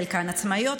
חלקן עצמאיות,